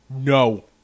No